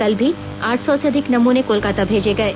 कल भी आठ सौ अधिक नमूने कोलकाता भेजे गये